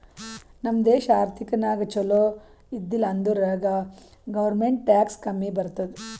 ನಮ್ ದೇಶ ಆರ್ಥಿಕ ನಾಗ್ ಛಲೋ ಇದ್ದಿಲ ಅಂದುರ್ ಗೌರ್ಮೆಂಟ್ಗ್ ಟ್ಯಾಕ್ಸ್ ಕಮ್ಮಿ ಬರ್ತುದ್